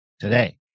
today